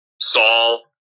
Saul